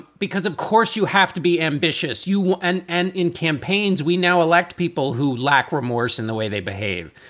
because, of course, you have to be ambitious. you and and in campaigns, we now elect people who lack remorse in the way they behave.